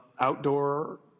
outdoor